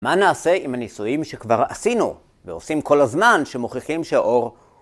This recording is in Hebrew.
מה נעשה עם הניסויים שכבר עשינו, ועושים כל הזמן, שמוכיחים שהאור